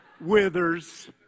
withers